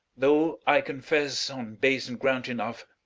though, i confess, on base and ground enough,